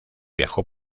viajó